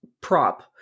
prop